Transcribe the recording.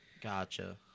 Gotcha